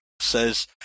says